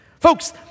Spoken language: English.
Folks